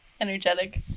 energetic